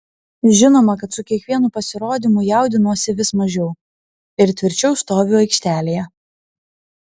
žinoma kad su kiekvienu pasirodymu jaudinuosi vis mažiau ir tvirčiau stoviu aikštelėje